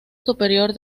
superior